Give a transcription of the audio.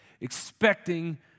expecting